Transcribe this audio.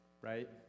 right